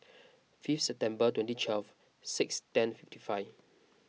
fifth September twenty twelve six ten fifty five